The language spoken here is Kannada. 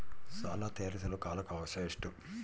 ಸಾಲ ತೇರಿಸಲು ಕಾಲ ಅವಕಾಶ ಎಷ್ಟು?